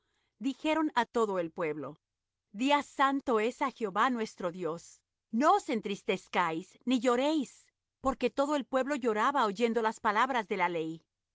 dijeron á todo el pueblo día santo es á jehová nuestro dios no os entristezcáis ni lloréis porque todo el pueblo lloraba oyendo las palabras de la ley